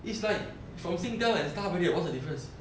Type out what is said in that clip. it's like from singtel and starhub already what's the difference